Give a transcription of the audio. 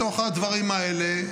בתוך הדברים האלה,